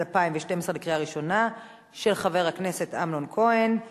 גם כאן פה אחד.